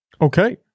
Okay